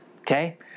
okay